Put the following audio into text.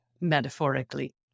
metaphorically